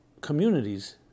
communities